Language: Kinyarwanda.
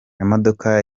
imodoka